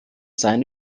seien